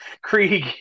Krieg